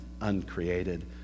uncreated